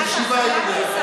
אתה חייב להיזכר.